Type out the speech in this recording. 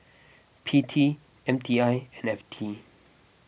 P T M T I and F T